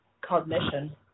cognition